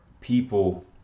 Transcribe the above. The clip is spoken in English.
people